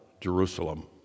Jerusalem